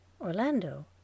Orlando